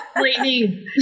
Lightning